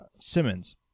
Simmons